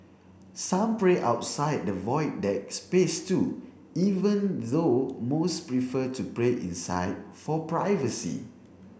some pray outside the Void Deck space too even though most prefer to pray inside for privacy